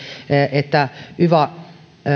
että yva